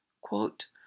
Quote